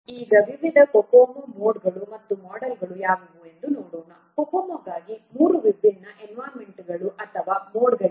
ಈಗ ವಿವಿಧ COCOMO ಮೋಡ್ಗಳು ಮತ್ತು ಮೋಡೆಲ್ಗಳು ಯಾವುವು ಎಂದು ನೋಡೋಣ COCOMO ಗಾಗಿ 3 ವಿಭಿನ್ನ ಎನ್ವಿರಾನ್ಮೆಂಟ್ಗಳು ಅಥವಾ ಮೋಡ್ಗಳಿವೆ